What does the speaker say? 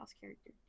character